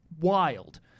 wild